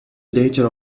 nature